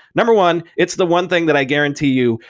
number one, it's the one thing that i guarantee you,